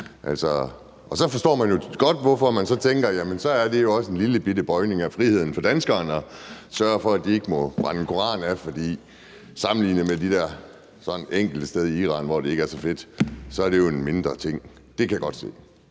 Og så forstår man jo også godt, hvorfor nogen så tænker, at det er en lillebitte bøjning af friheden for danskerne at sørge for, at de ikke må brænde en koran af. For sammenlignet med de der sådan enkelte steder i Iran, hvor det ikke er så fedt, er det jo en mindre ting. Det kan jeg godt se,